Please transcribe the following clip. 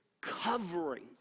covering